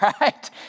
right